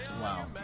Wow